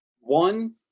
One